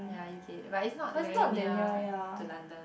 ya U_K but it's not very near to London